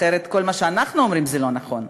אחרת כל מה שאנחנו אומרים הוא לא נכון,